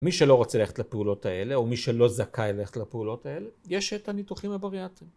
מי שלא רוצה ללכת לפעולות האלה או מי שלא זכאי ללכת לפעולות האלה, יש את הניתוחים הבריארטיים.